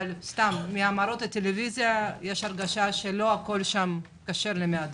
אבל מהמראות בטלוויזיה יש הרגשה שלא הכול שם כשר למהדרין.